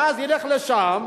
ואז ילך לשם.